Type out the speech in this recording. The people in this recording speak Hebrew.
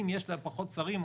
אם יש לה פחות שרים,